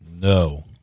No